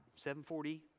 740